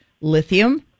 Lithium